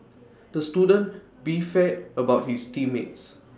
the student beefed about his team mates